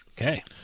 Okay